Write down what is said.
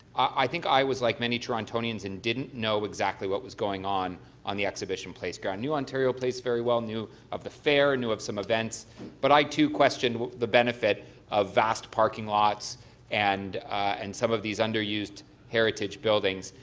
i think i was like many torontonians and didn't know exactly what was going on on the exhibition place. i and knew ontario place very well, knew of the fair, and knew of some eventses but i too questioned the benefit of vast parking lots and and some of these underused heritage buildings.